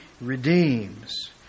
redeems